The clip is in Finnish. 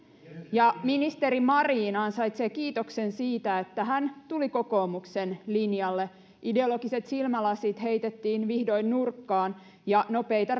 ja ministeri marin ansaitsee kiitoksen siitä että hän tuli kokoomuksen linjalle ideologiset silmälasit heitettiin vihdoin nurkkaan ja nopeita